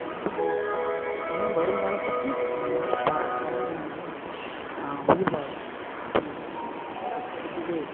செஞ்சிங்கன்னா தான் இன்னும் வருங்காலத்துக்கு இந்த மாதிரி ப பறவை இனமெல்லாம் வந்து உயிர் வாழும் இப்போ நாம நம்மளோடு முடிஞ்சது